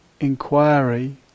inquiry